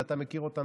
ואתה מכיר אותם,